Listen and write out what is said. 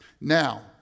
Now